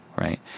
right